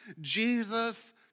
Jesus